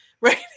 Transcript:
right